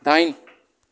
दाइन